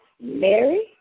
Mary